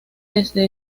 desde